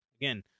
Again